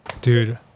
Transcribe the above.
Dude